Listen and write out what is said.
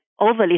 overly